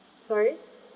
sorry